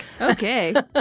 Okay